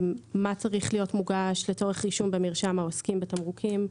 מה צריך להיות מוגש לצורך רישום במרשם העוסקים בתמרוקים,